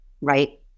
right